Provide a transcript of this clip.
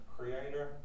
Creator